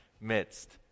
midst